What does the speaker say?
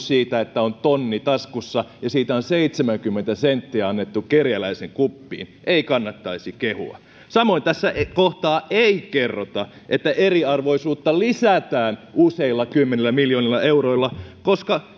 sitä että on tonni taskussa ja siitä on seitsemänkymmentä senttiä annettu kerjäläisen kuppiin ei kannattaisi kehua samoin tässä kohtaa ei kerrota että eriarvoisuutta lisätään useilla kymmenillä miljoonilla euroilla koska